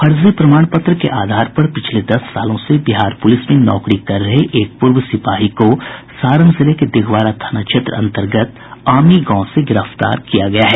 फर्जी प्रमाण पत्र के आधार पर पिछले दस सालों से बिहार पुलिस में नौकरी कर रहे एक पूर्व सिपाही को सारण जिले के दिघवारा थाना क्षेत्र अंतर्गत आमी गांव से गिरफ्तार कर लिया गया है